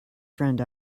friend